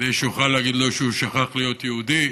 כדי שאוכל להגיד לו שהוא שכח להיות יהודי.